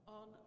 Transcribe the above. on